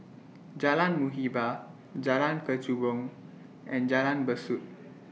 Jalan Muhibbah Jalan Kechubong and Jalan Besut